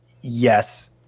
yes